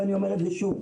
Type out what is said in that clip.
ואני אומר את זה שוב,